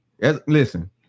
Listen